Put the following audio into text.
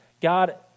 God